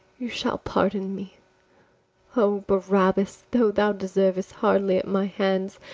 you shall pardon me o barabas, though thou deservest hardly at my hands,